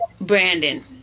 Brandon